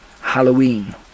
halloween